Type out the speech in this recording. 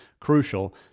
crucial